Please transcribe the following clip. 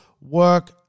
work